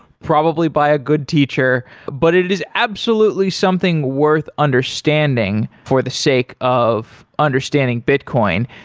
probably by a good teacher. but it it is absolutely something worth understanding for the sake of understanding bitcoin.